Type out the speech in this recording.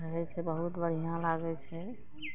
रहय छै बहुत बढ़िआँ लागय छै